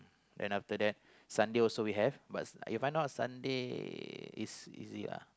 then after that Sunday also we have but If I not Sunday is easy lah